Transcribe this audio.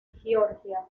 georgia